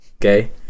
Okay